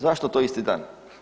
Zašto to isti dan?